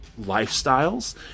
lifestyles